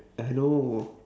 I know